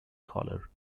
collar